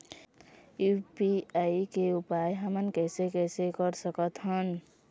UPI के उपयोग हमन कैसे कैसे कर सकत हन?